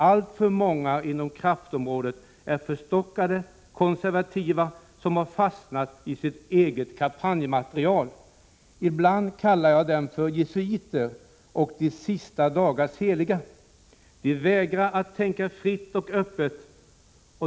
Alltför många inom kraftområdet är förstockade konservativa som fastnat i det egna kampanjmaterialet. ——— Ibland kallar jag dem för "jesuiter" och ”sista dagars heliga". De vägrar tänka fritt och öppet.